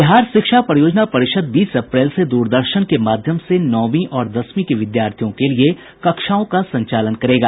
बिहार शिक्षा परियोजना परिषद बीस अप्रैल से द्रदर्शन के माध्यम से नौंवी और दसवीं के विद्यार्थियों के लिये कक्षाओं का संचालन करेगा